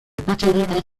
بتواند